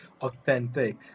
authentic